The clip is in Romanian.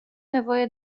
nevoie